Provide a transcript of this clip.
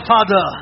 Father